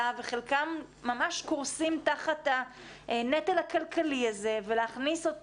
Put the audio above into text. וחלקם ממש קורסים תחת הנטל הכלכלי הזה ולהכניס את